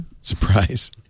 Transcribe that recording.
Surprise